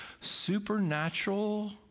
supernatural